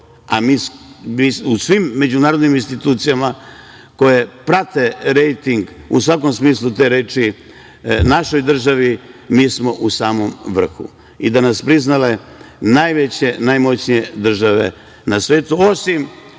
mi u svim međunarodnim institucijama koje prate rejting u svakom smislu te reči, našoj državi, mi smo u samom vrhu i da su nas priznale najveće i najmoćnije države na svetu,